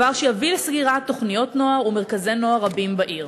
דבר שיביא לסגירת תוכניות נוער ומרכזי נוער רבים בעיר.